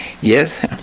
Yes